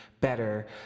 better